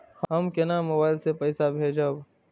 हम केना मोबाइल से पैसा भेजब?